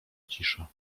cisza